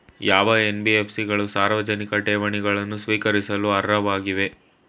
ಯಾವ ಎನ್.ಬಿ.ಎಫ್.ಸಿ ಗಳು ಸಾರ್ವಜನಿಕ ಠೇವಣಿಗಳನ್ನು ಸ್ವೀಕರಿಸಲು ಅರ್ಹವಾಗಿವೆ?